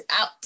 out